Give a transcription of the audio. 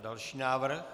Další návrh.